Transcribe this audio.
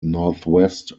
northwest